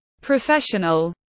Professional